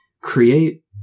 create